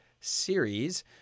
series